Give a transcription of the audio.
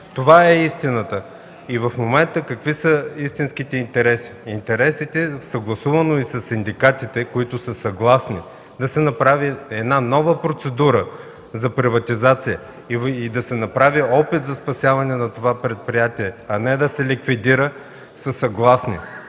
Това е истината. Какви са истинските интереси в момента? Интересите са съгласувани със синдикатите, които са съгласни да се направи нова процедура за приватизация и да се направи опит за спасяване на това предприятие, а не да се ликвидира. Синдикатите